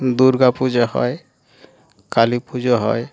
দুর্গা পুজো হয় কালী পুজো হয়